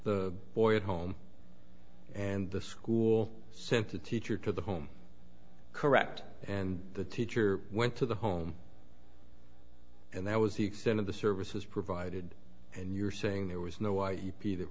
the boy at home and the school simply teacher to the home correct and the teacher went to the home and that was the extent of the services provided and you're saying there was no y u p that